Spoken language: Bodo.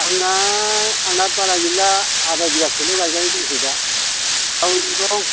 आंना आंना बारा गैला आधा बिगासोल' गायनांगौ दंसै दा जावैनो दं